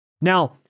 Now